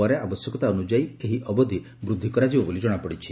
ପରେ ଆବଶ୍ୟକତା ଅନୁଯାୟୀ ଏହି ଅବଧି ବୂଦ୍ଧି କରାଯିବ ବୋଲି ଜଣାପଡ଼ିଛି